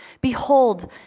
Behold